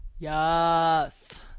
Yes